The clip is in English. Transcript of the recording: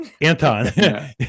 Anton